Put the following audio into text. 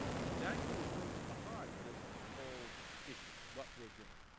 you know that goes right to the heart of this whole issue what we are doing.